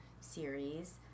series